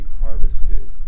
harvested